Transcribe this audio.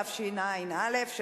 התשע"א 2011,